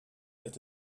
that